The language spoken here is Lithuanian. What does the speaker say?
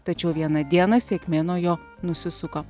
tačiau vieną dieną sėkmė nuo jo nusisuko